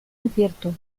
incierto